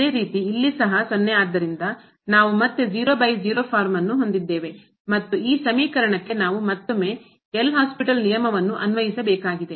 ಅದೇ ರೀತಿ ಇಲ್ಲಿ ಸಹ 0 ಆದ್ದರಿಂದ ನಾವು ಮತ್ತೆ 00 ಫಾರ್ಮ್ ಅನ್ನು ಹೊಂದಿದ್ದೇವೆ ಮತ್ತು ಈ ಸಮೀಕರಣಕ್ಕೆ ನಾವು ಮತ್ತೊಮ್ಮೆ ಎಲ್ ಹಾಸ್ಪಿಟಲ್ ನಿಯಮವನ್ನು ಅನ್ವಯಿಸಬೇಕಾಗಿದೆ